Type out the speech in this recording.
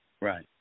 Right